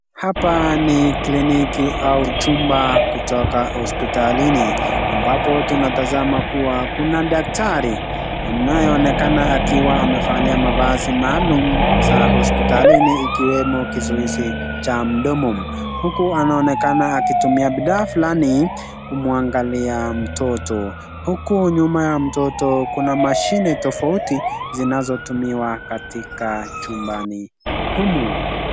Hapa ni kliniki au chumba kutoka hospitalini ambapo tunatazama kuwa kuna daktari ambaye anaonekana akiwa amevalia mavazi maalum za hospitalini ikiwemo kizuizi cha mdomo huku anaonekana akitumia bidhaa fulani kumwangalia mtoto. Huku nyuma ya mtoto kuna mashini tofauti zinazotumiwa katika chumbani humu.